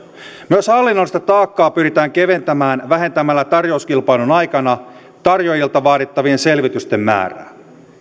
myös hallinnollista taakkaa pyritään keventämään vähentämällä tarjouskilpailun aikana tarjoajilta vaadittavien selvitysten määrää